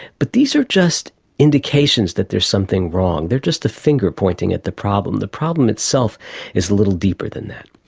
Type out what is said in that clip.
but these are just indications that there's something wrong, they are just a finger pointing at the problem. the problem itself is a little deeper than that.